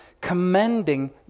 commending